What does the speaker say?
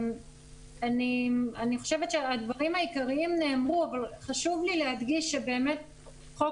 אני חושבת שהדברים העיקריים נאמרו אבל חשוב לי להדגיש שבאמת חוק